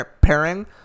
pairing